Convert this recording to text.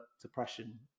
depression